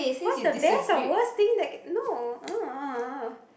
what's the best or worst thing that can no